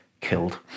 killed